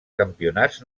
campionats